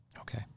Okay